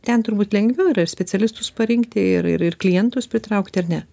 ten turbūt lengviau yra ir specialistus parinkti ir ir klientus pritraukti ar ne